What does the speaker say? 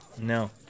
No